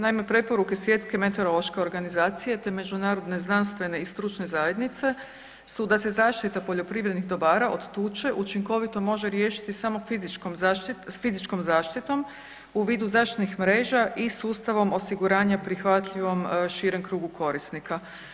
Naime, preporuke Svjetske meteorološke organizacije te međunarodne znanstvene i stručne zajednice su da se zaštita poljoprivrednih dobara od tuče učinkovito može riješiti samo fizičkom zaštitom, s fizičkom zaštitom u vidu zaštitnih mreža i sustavom osiguranja prihvatljivom širem krugu korisnika.